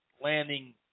landing